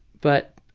but